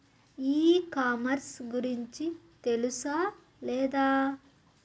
ఈ కామర్స్ గురించి తెలుసా లేదా?